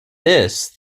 this